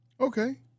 Okay